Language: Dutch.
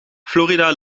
florida